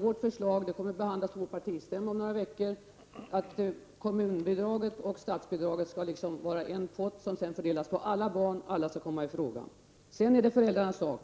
Vårt förslag, som kommer att behandlas på vår partistämma om några veckor, innebär att kommunbidraget och statsbidraget skall vara en pott som fördelas på alla barn. Alla skall komma i fråga. Sedan är det föräldrarnas sak